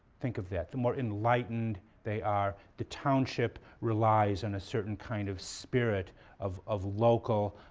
think of that. the more enlightened they are. the township relies on a certain kind of spirit of of local